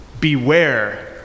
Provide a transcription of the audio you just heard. Beware